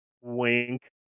Wink